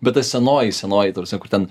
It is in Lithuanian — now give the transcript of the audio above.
bet ta senoji senoji ta prasme kur ten